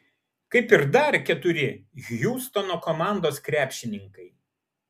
kaip ir dar keturi hjustono komandos krepšininkai